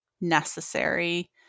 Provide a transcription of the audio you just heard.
necessary